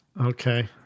Okay